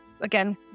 again